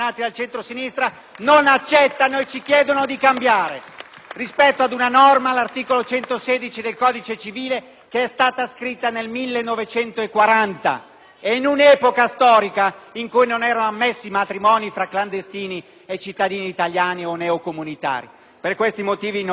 rispetto ad una norma, l'articolo 116 del codice civile, scritta nel 1940, in un'epoca storica in cui non erano ammessi matrimoni tra clandestini e cittadini italiani o neocomunitari. Per questi motivi voteremo ovviamente contro le questioni pregiudiziali proposte.